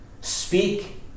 Speak